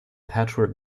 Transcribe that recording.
patchwork